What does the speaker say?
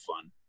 fun